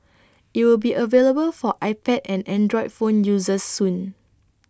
IT will be available for iPad and Android phone users soon